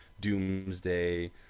Doomsday